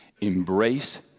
Embrace